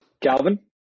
Calvin